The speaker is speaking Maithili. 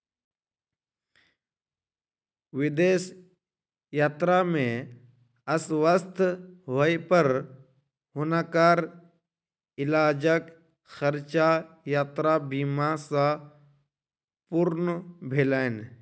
विदेश यात्रा में अस्वस्थ होय पर हुनकर इलाजक खर्चा यात्रा बीमा सॅ पूर्ण भेलैन